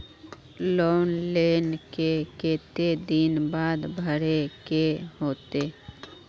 Loan लेल के केते दिन बाद भरे के होते?